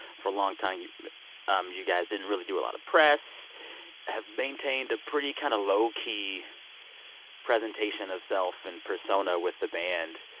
for a long time, you um you guys didn't really do a lot of press have maintained a pretty kind of low-key presentation of self and persona with the band.